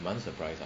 蛮 surprise ah